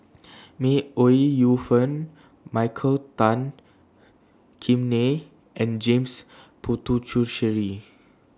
May Ooi Yu Fen Michael Tan Kim Nei and James Puthucheary